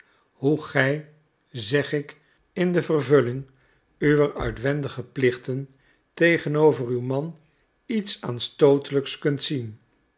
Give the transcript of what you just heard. hoe gij zeg ik in de vervulling uwer uitwendige plichten tegenover uw man iets aanstootelijks kunt zien